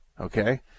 okay